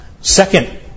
Second